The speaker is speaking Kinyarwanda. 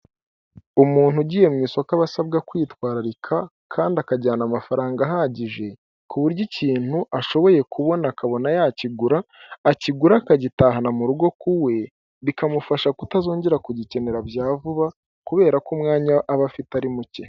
Umuntu ugiye mu isoko aba asabwa kwitwararika kandi akajyana amafaranga ahagije, ku buryo ikintu ashoboye kubona akabona yakigura, akigura akagitahana mu rugo ku we, bikamufasha kutazongera kugikenera bya vuba kubera ko umwanya aba afite ari muke.